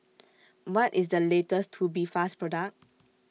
What IS The latest Tubifast Product